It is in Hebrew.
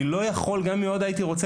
אני לא יכול לנתק אותה גם אם הייתי רוצה,